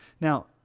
Now